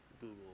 Google